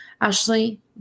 Ashley